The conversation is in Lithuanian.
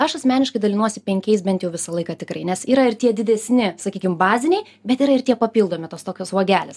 aš asmeniškai dalinuosi penkiais bent jau visą laiką tikrai nes yra ir tie didesni sakykim baziniai bet yra ir tie papildomi tos tokios uogelės